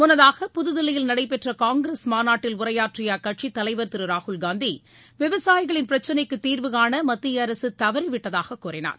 முன்னதாக புதுதில்லியில் நடைபெற்ற காங்கிரஸ் மாநாட்டில் உரையாற்றிய அக்கட்சித் தலைவர் திரு ராகுல்காந்தி விவசாயிகளின் பிரச்னைக்குத் தீர்வு காண மத்திய அரசு தவறி விட்டதாக கூறினார்